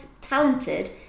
talented